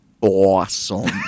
awesome